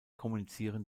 kommunizieren